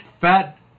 fat